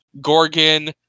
Gorgon